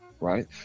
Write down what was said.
right